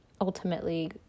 ultimately